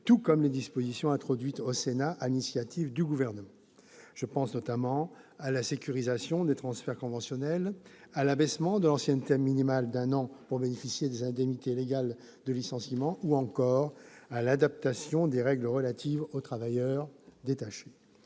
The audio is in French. tout comme les dispositions introduites au Sénat sur l'initiative du Gouvernement. Je pense notamment à la sécurisation des transferts conventionnels, à l'abaissement de l'ancienneté minimale d'un an pour bénéficier des indemnités légales de licenciement, ou encore à l'adaptation des règles relatives aux travailleurs détachés.